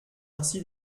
ainsi